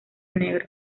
negro